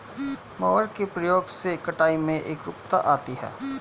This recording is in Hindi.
मोवर के प्रयोग से कटाई में एकरूपता आती है